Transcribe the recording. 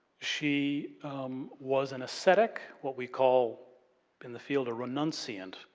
she was an ascetic, what we call in the field a renunciate.